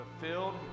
fulfilled